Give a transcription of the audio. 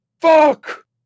Fuck